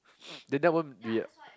then that won't be a